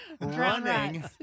running